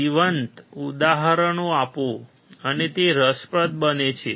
જીવંત ઉદાહરણો આપો અને તે રસપ્રદ બને છે